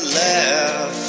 laugh